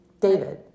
David